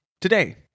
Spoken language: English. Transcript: Today